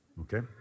okay